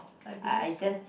I believe so